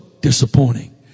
disappointing